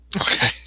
Okay